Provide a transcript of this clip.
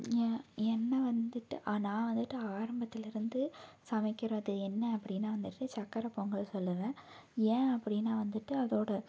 எ என்னை வந்துட்டு நான் வந்துட்டு ஆரம்பத்தில் இருந்து சமைக்கிறது என்ன அப்படினால் வந்துட்டு சக்கரை பொங்கல் சொல்லுவேன் ஏன் அப்படினால் வந்துட்டு அதோடய